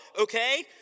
okay